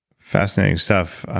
fascinating stuff.